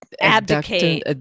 Abdicate